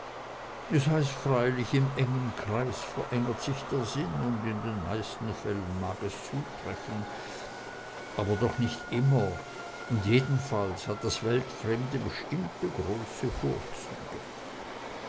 es heißt freilich im engen kreis verengert sich der sinn und in den meisten fällen mag es zutreffen aber doch nicht immer und jedenfalls hat das weltfremde bestimmte große vorzüge